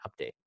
update